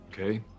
okay